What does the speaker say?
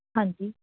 ਹਾਂਜੀ